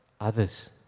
others